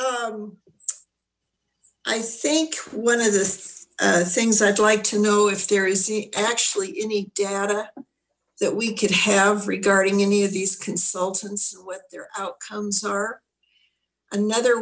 this i think one of this things i'd like to know if there is any actually any data that we could have regarding any of these consultants what their outcomes are another